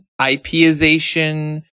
ipization